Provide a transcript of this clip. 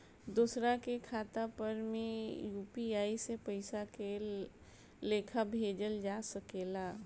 दोसरा के खाता पर में यू.पी.आई से पइसा के लेखाँ भेजल जा सके ला?